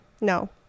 No